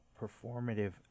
performative